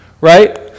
right